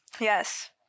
Yes